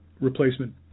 replacement